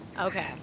Okay